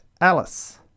Alice